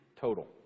total